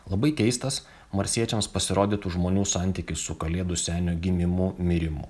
labai keistas marsiečiams pasirodytų žmonių santykis su kalėdų senio gimimu mirimu